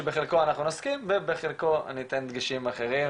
שבחלקו אנחנו נסכים ובחלקו אני אתן דגשים אחרים.